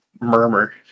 murmur